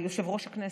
יושב-ראש הכנסת,